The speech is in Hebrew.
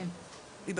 היי